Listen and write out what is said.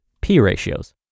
P-Ratios